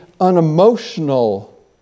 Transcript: unemotional